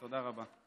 תודה רבה.